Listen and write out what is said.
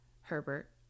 herbert